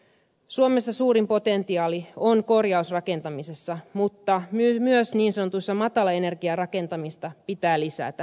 suomessa suurin potentiaali on korjausrakentamisessa mutta myös niin sanottua matalaenergiarakentamista pitää lisätä